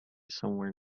somewhere